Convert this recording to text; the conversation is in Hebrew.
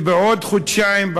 ובעוד חודשיים,